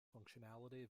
functionality